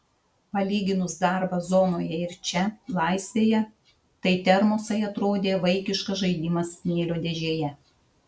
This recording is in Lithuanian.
palyginus darbą zonoje ir čia laisvėje tai termosai atrodė vaikiškas žaidimas smėlio dėžėje